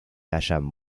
hallan